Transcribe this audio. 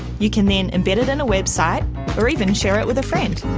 you can then embed it in a web site or even share it with a friend.